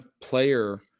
player